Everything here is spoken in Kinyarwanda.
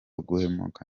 guhumeka